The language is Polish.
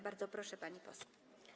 Bardzo proszę, pani poseł.